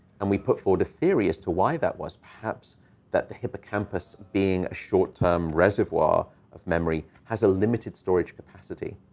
and we put forward a theory as to why that was. perhaps that the hippocampus being a short-term reservoir of memory has a limited storage capacity,